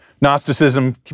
Gnosticism